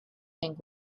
think